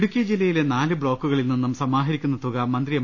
ഇടുക്കി ജില്ലയിലെ നാലു ബ്ലോക്കുകളിൽ നിന്നും സമാഹരിക്കുന്ന തുക് മന്ത്രി എം